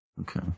Okay